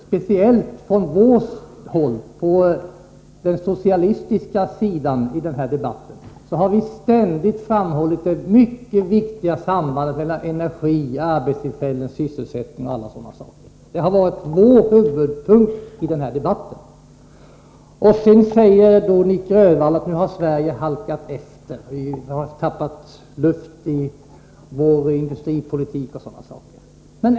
Speciellt på den socialistiska sidan har vi ständigt framhållit det viktiga sambandet mellan energi, arbetstillfällen och sysselsättning. Det har varit vår huvudpunkt i debatter. Sedan sade Nic Grönvall att Sverige nu halkat efter. Vi har ”tappat luft” i vår industripolitik.